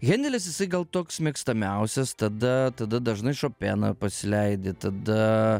hendelis jisai gal toks mėgstamiausias tada tada dažnai šopeną pasileidi tada